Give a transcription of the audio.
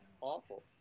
awful